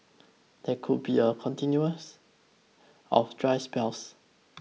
there could be a continuous of dry spells